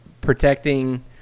protecting